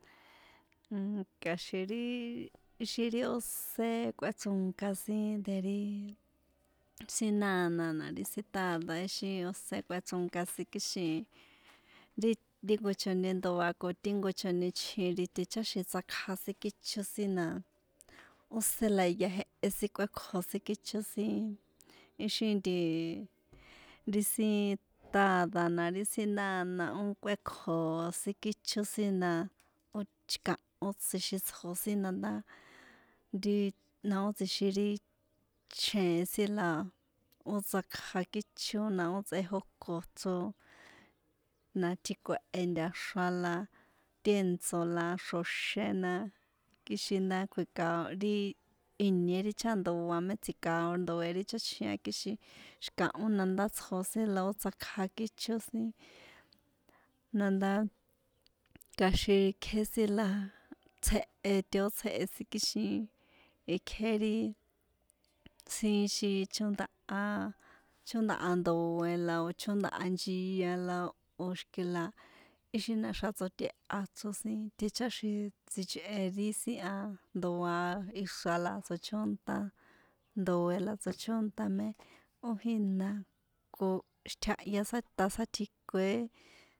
Ka̱xin ri ixi ri ósé kꞌuéchronka sin de ri sin náná na ri sin táda éxi ósé kꞌuechronka sin kixin ri jnko chonindoa ko ti jnko chonichji ri ticháxi̱n tsakja sin kícho sin na ósé la jehya jehe sin kuékjo sin kícho sin ixi nti ri sin tádá na ri sin náná ó kꞌuekjo sin kícho sin na ó xi̱kahó tsjixin tsjo sin na ndá ri na ó tsjixin ri xjeen sin la ó tsakja kícho na ó tsꞌejóko ichro na tjiko̱he ntaxra la tèntso̱ la xro̱xé na kixin ndá kji̱kao̱ ri ìnie ri chajan ndoa mé tsji̱kao̱ ndoe̱ ri cháchjin a kixin xi̱kahó nandá itsjo sin la ó tsakja kícho sin na ndá kja̱xin kjé sin la tsjehe ti ó tsjehe sin kixin ikjé ri sin ixi chóndaha a chóndaha ndoe̱ la o̱ chóndaha nchia la o̱ xi̱kihi la ixi na̱xa̱ tsoṭeha ichro sin ticháxin sichꞌe ri sin a ndoa ixra̱ la tsochónta ndoe la tsóchónta mé ó jína ko xítjahya sá tá sátjikoé.